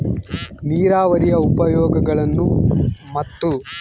ನೇರಾವರಿಯ ಉಪಯೋಗಗಳನ್ನು ಮತ್ತು?